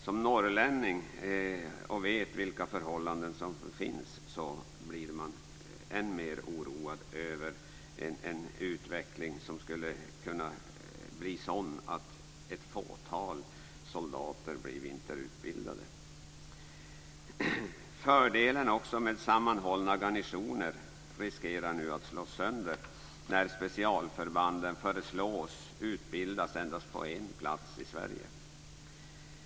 Som norrlänning som vet vilka förhållandena är blir jag ännu mer oroad över att utvecklingen kan bli att bara ett fåtal soldater blir vinterutbildade. Risken finns att fördelen med sammanhållna garnisoner slås sönder när specialförbanden föreslås bli utbildade på endast en plats i Sverige.